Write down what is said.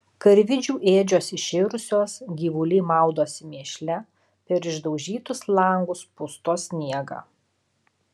karvidžių ėdžios iširusios gyvuliai maudosi mėšle per išdaužytus langus pusto sniegą